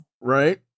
Right